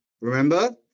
Remember